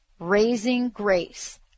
Raisinggrace